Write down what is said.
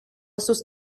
sus